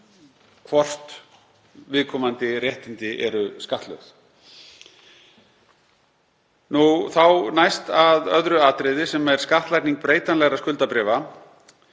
hvort viðkomandi réttindi eru skattlögð. Næst að öðru atriði sem er skattlagning breytanlegra skuldabréfa.